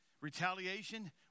Retaliation